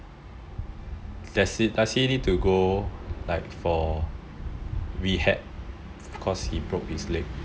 doe~ does he need to go like for rehab cause he broke his leg